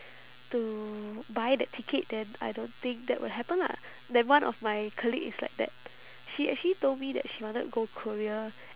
to buy that ticket then I don't think that will happen lah then one of my colleague is like that she actually told me that she wanted to go korea